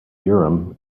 urim